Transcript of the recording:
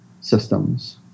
systems